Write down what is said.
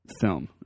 film